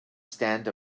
stand